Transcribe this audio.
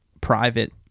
private